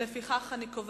בבקשה.